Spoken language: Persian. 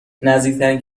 نزدیکترین